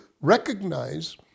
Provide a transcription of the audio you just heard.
recognize